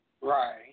Right